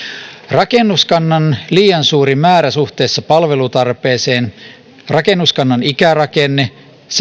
rakennuskannan liian suuri määrä suhteessa palvelutarpeeseen rakennuskannan ikärakenne